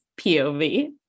POV